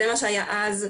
זה מה שהיה אז,